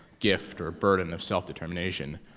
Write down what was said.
gift or a burden of self-determination,